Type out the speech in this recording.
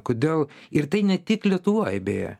kodėl ir tai ne tik lietuvoj beje